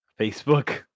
facebook